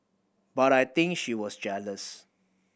but I think she was jealous